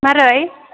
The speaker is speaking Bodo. मारै